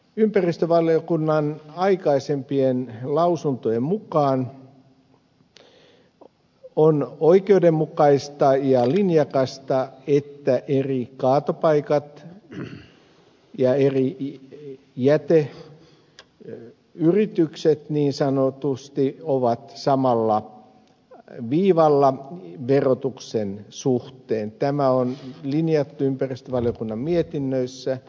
ympäristövaliokunnan aikaisempien lausuntojen mukaan on oikeudenmukaista ja linjakasta että eri kaatopaikat ja eri jäteyritykset niin sanotusti ovat samalla viivalla verotuksen suhteen tämä on linjattu ympäristövaliokunnan mietinnöissä